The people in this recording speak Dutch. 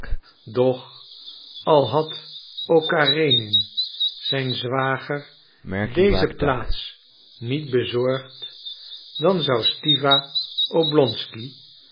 doch al had ook karenin zijn zwager deze plaats niet bezorgd dan zou stiwa oblonsky